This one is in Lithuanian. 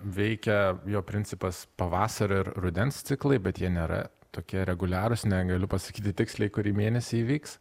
veikia jo principas pavasario ir rudens ciklai bet jie nėra tokie reguliarūs negaliu pasakyti tiksliai kurį mėnesį įvyks